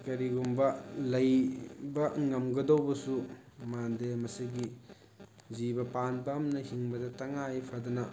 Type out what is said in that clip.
ꯀꯔꯤꯒꯨꯝꯕ ꯂꯩꯕ ꯉꯝꯒꯗꯧꯕꯁꯨ ꯃꯥꯟꯗꯦ ꯃꯁꯤꯒꯤ ꯖꯤꯕ ꯄꯥꯟꯕ ꯑꯃꯅ ꯍꯤꯡꯕꯗ ꯇꯉꯥꯏꯐꯗꯅ